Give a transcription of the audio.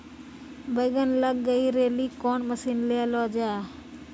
बैंगन लग गई रैली कौन मसीन ले लो जाए?